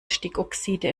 stickoxide